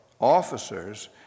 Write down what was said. officers